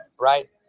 Right